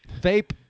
Vape